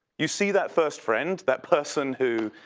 you see that first friend, that person who